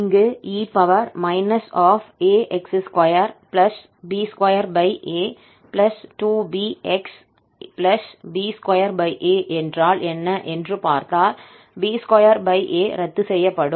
இங்கு e ax2b2a2bxb2a என்றால் என்ன என்று பார்த்தால் b2a ரத்து செய்யப்படும்